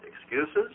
excuses